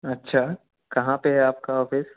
अच्छा कहाँ पर है आपका ऑफिस